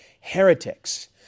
heretics